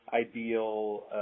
ideal